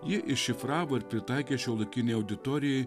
ji iššifravo ir pritaikė šiuolaikinei auditorijai